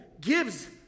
gives